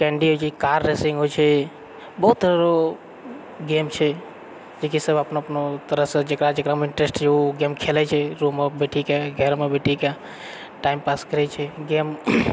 candy होइत छै car racing होइत छै बहुत तरहो गेम छै लेकिन सभ अपनो अपनो तरहसँ जकरा जकरामे इन्टरेस्ट छै ओ ओ गेम खेलैत छै रूममे बैठी कऽ घरमे बैठी कऽ टाइम पास करैत छै गेम